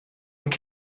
und